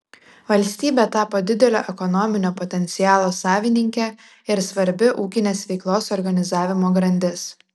valstybė tapo didelio ekonominio potencialo savininkė ir svarbi ūkinės veiklos organizavimo grandis